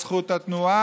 איפה זכות התנועה?